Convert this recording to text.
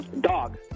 Dog